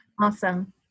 awesome